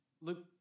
Luke